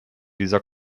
dieser